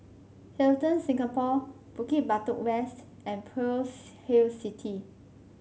Hilton Singapore Bukit Batok West and Pearl's Hill City